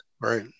Right